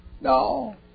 No